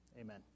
amen